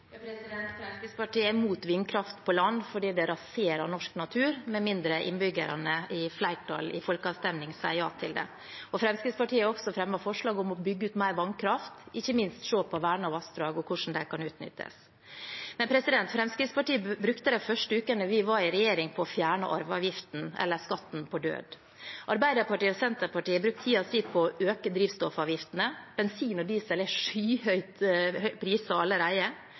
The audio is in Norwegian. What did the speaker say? Fremskrittspartiet er imot vindkraft på land fordi det raserer norsk natur, med mindre innbyggerne i flertall i folkeavstemning sier ja til det. Fremskrittspartiet har også fremmet forslag om å bygge ut mer vannkraft, ikke minst for å se på vernede vassdrag og hvordan de kan utnyttes. Fremskrittspartiet brukte de første ukene vi var i regjering, på å fjerne arveavgiften, eller «skatten på død». Arbeiderpartiet og Senterpartiet har brukt tiden sin på å øke drivstoffavgiftene – bensin og diesel er skyhøyt